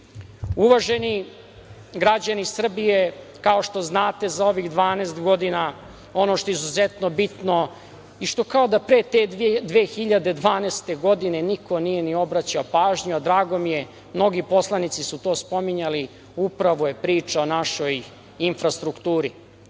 građani Srbije, kao što znate, za ovih 12 godina, ono što je izuzetno bitno i što kao da pre te 2012. godine niko nije ni obraćao pažnju, a drago mi je, mnogi poslanici su to spominjali, upravo je priča o našoj infrastrukturi.